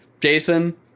Jason